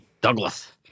Douglas